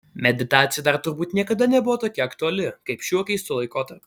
meditacija dar turbūt niekada nebuvo tokia aktuali kaip šiuo keistu laikotarpiu